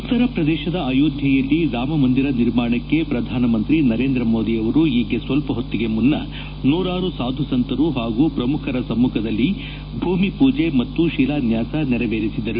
ಉತ್ತರ ಪ್ರದೇಶದ ಅಯೋಧ್ಯೆಲ್ಲಿ ರಾಮ ಮಂದಿರ ನಿರ್ಮಾಣಕ್ಕೆ ಪ್ರಧಾನಮಂತ್ರಿ ನರೇಂದ್ರ ಮೋದಿ ಅವರು ಈಗ ಸ್ವಲ್ಪ ಹೊತ್ತಿಗೆ ಮುನ್ನ ನೂರಾರು ಸಾಧುಸಂತರು ಪಾಗೂ ಪ್ರಮುಖರ ಸಮ್ಮಖದಲ್ಲಿ ಶಿಲಾನ್ಯಾಸ ನೆರವೇರಿಸಿದರು